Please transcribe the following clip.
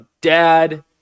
Dad